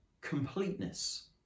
completeness